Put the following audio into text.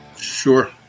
Sure